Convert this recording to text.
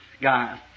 guys